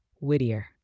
Whittier